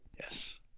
Yes